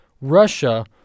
Russia